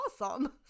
awesome